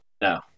No